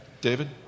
David